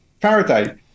Faraday